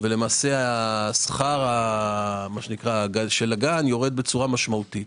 ושכר הגן יורד משמעותית.